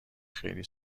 خیلی